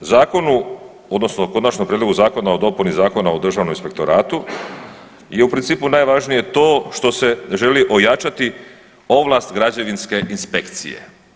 U zakonu odnosno u konačnom prijedlogu zakona o dopuni Zakona o državnom inspektoratu je u principu najvažnije to što se želi ojačati ovlast građevinske inspekcije.